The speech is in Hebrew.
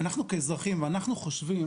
אנחנו, כאזרחים, חושבים